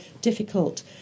difficult